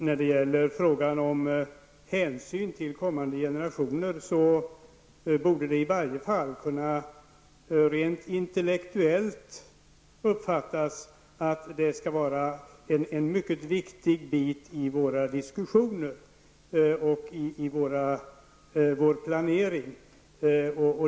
När det gäller frågan om hänsyn till kommande generationer borde det i varje fall rent intellektuellt kunna uppfattas som att det skall vara en mycket viktig del i våra diskussioner och i vår planering.